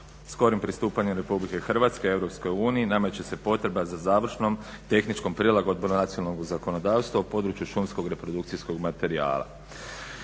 Skorim pristupanjem Republike Hrvatske Europskoj uniji nameće se potreba za završnom tehničkom prilagodbom nacionalnog zakonodavstva u području šumskog reprodukcijskog materijala.